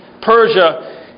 Persia